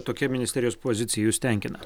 tokia ministerijos pozicija jus tenkina